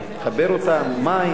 לחבר אותם למים,